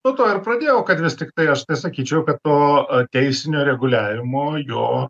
nuo to ir pradėjau kad vis tiktai aš nesakyčiau kad to a teisinio reguliavimo jo